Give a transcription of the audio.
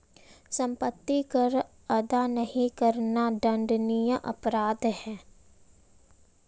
सम्पत्ति कर अदा नहीं करना दण्डनीय अपराध है